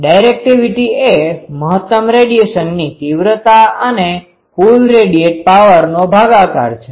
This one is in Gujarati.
ડિરેક્ટિવિટી એ મહત્તમ રેડીયેશનradiationવિકિરણની તીવ્રતા અને કુલ રેડિયેટ પાવરનો ભાગાકાર છે